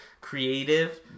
creative